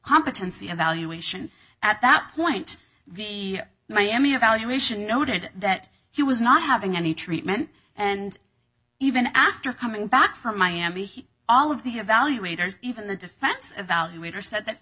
competency evaluation at that point the miami evaluation noted that he was not having any treatment and even after coming back from miami he all of the evaluators even the defense evaluator said that